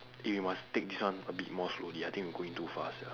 we must take this one a bit more slowly I think we going too fast sia